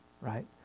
right